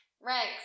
Ranks